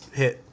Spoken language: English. hit